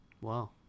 Wow